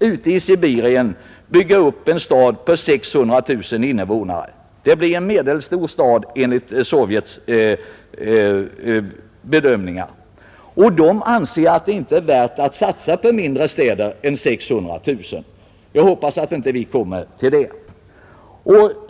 ute i Sibirien från intet bygga upp en stad på 600 000 invånare. Det blir en medelstor stad enligt Sovjets bedömningar. Man anser där att det inte är värt att satsa på mindre städer än sådana med omkring 600 000 invånare. Jag hoppas att vi inte kommer därhän.